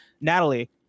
Natalie